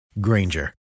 Granger